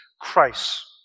Christ